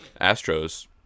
Astros –